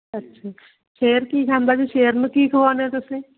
ਅੱਛਾ ਜੀ ਸ਼ੇਰ ਕੀ ਖਾਂਦਾ ਜੀ ਸ਼ੇਰ ਨੂੰ ਕੀ ਖਵਾਉਂਦੇ ਹੋ ਤੁਸੀਂ